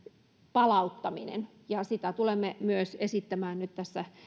palauttaminen ja sitä tulemme esittämään myös tässä